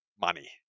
money